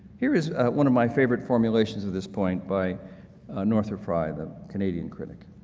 here is one of my favorite formulations of this point by northrop frye, the canadian critic.